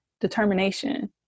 determination